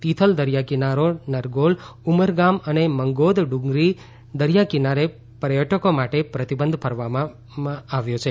તિથલ દરિયા કિનારો નરગોલ ઉમરગામ અને મગોદડુંગરી દરિયા કિનારે પર્યટકો માટે પ્રતિબંધ ફરમાવવામાં આવ્યો છે